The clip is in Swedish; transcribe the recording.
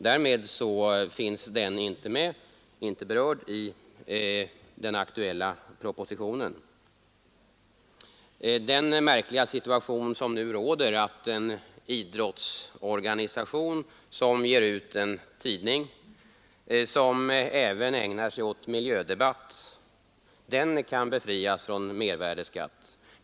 Av den anledningen berörs den inte i den aktuella propositionen. Det är en märklig situation som nu råder. En idrottsorganisation som ger ut en tidning som även ägnar sig åt miljödebatt kan befrias från mervärdeskatt.